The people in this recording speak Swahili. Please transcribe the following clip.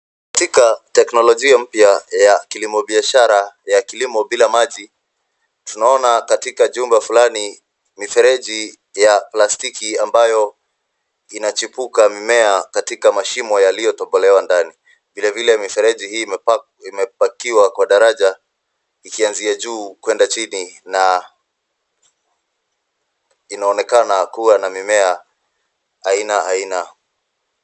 Katika teknolojia mpya ya kilimo biashara ya kilimo bila maji, tunaona katika jumba fulani mifereji ya plastiki ambayo inachipuka mmea katika mashimo yaliyotobolewa ndani. Vile vile, mifereji hii imepakiwa kwa daraja, ikianzia juu kuenda chini na inaonekana kuwa na mimea aina aina.